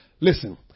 Listen